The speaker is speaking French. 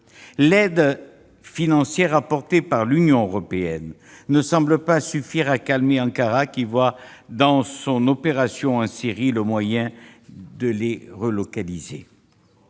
L'aide financière apportée par l'Union européenne ne semble pas suffire à calmer Ankara, qui voit dans son opération en Syrie le moyen de relocaliser